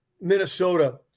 Minnesota